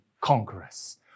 conquerors